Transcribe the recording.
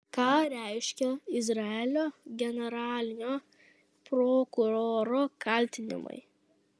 ką reiškia izraelio generalinio prokuroro kaltinimai